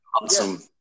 awesome